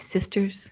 sisters